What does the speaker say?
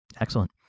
Excellent